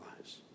lives